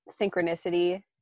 synchronicity